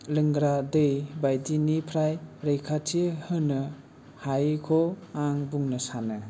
लोंग्रा दै बायदिनिफ्राय रैखाथि होनो हायैखौ आं बुंनो सानो